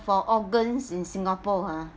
for organs in singapore ha